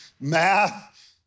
Math